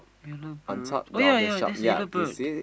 yellow bird oh ya that's the yellow bird